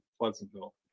Pleasantville